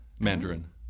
Mandarin